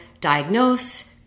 diagnose